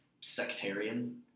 sectarian